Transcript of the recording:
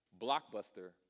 blockbuster